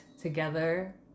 together